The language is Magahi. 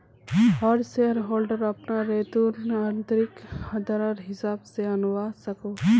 हर शेयर होल्डर अपना रेतुर्न आंतरिक दरर हिसाब से आंनवा सकोह